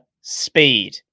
speed